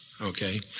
Okay